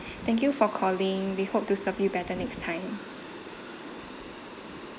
thank you for calling we hope to serve you better next time